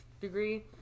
degree